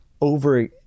over